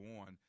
on